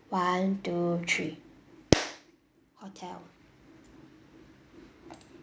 one two three hotel